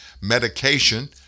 medication